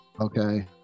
Okay